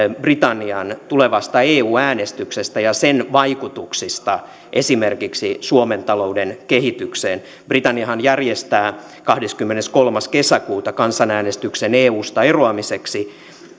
britannian tulevasta eu äänestyksestä ja sen vaikutuksista esimerkiksi suomen talouden kehitykseen britanniahan järjestää kahdeskymmeneskolmas kesäkuuta kansanäänestyksen eusta eroamiseksi